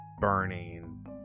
burning